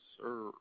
sir